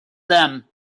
them